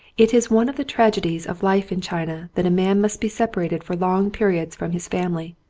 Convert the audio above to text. it is one of the tragedies of life in china that a man must be separated for long periods from his family,